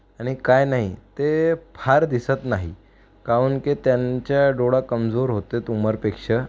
आणि काय नाही ते फार दिसत नाही काउन के त्यांच्या डोळा कमजोर होतेत उमरपेक्षा